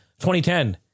2010